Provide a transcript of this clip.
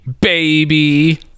baby